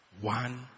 one